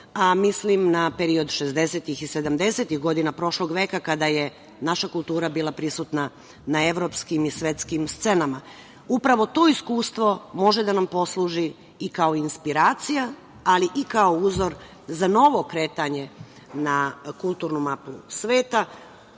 a mislim na period šezdesetih i sedamdesetih godina prošlog veka kada je naša kultura bila prisutna na evropskim i svetskim scenama. Upravo to iskustvo može da nam posluži i kao inspiracija, ali i kao uzor za novo kretanje na kulturnu mapu sveta,